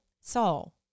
Saul